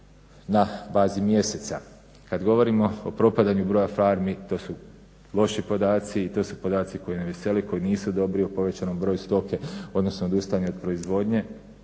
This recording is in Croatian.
na bazi mjeseca. Kad govorimo o propadanju broja farmi, to su loši podaci, to su podaci koji ne vesele, koji nisu dobri o povećanom broju stoke, odnosno odustajanje od proizvodnje.